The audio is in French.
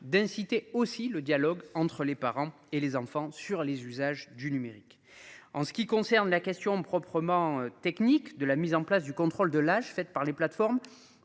d'inciter aussi le dialogue entre les parents et les enfants sur les usages du numérique. En ce qui concerne la question proprement techniques de la mise en place du contrôle de l'âge faites par les plateformes